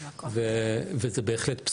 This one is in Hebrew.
בהחלט,